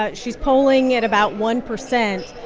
ah she's polling at about one percent.